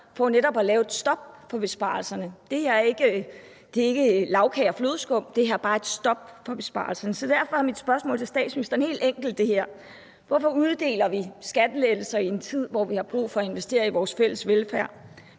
for netop at lave et stop for besparelserne. Det her er ikke lagkage og flødeskum. Det her er bare et stop for besparelserne. Så derfor er mit spørgsmål til statsministeren helt enkelt det her: Hvorfor uddeler vi skattelettelser i en tid, hvor vi har brug for at investere i vores fælles velfærd?